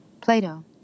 Plato